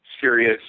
serious